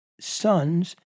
sons